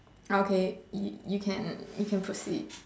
okay you can you can proceed